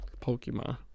Pokemon